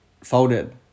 Folded